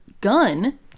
gun